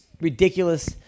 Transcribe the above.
ridiculous